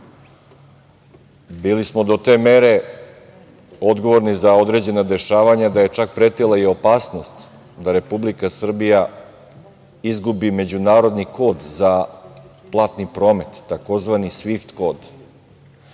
Bili smo do te mere odgovorni za određena dešavanja da je čak pretila i opasnost da Republika Srbija izgubi međunarodni kod za platni promet, tzv. svift kod,